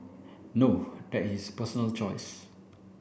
no that is his personal choice